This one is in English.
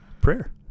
Prayer